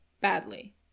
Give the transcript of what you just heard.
Badly